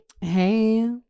Hey